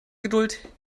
geduld